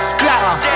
Splatter